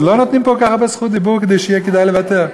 לא נותנים כל כך הרבה רשות דיבור כדי שיהיה כדאי לוותר.